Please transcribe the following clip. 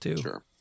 Sure